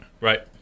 Right